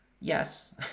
Yes